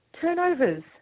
Turnovers